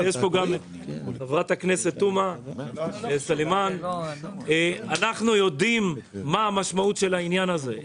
גם חברת הכנסת תומא סלימאן אנחנו יודעים מה המשמעות של העניין הזה.